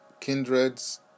kindreds